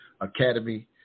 Academy